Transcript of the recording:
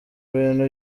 bintu